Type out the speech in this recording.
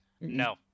No